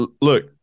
look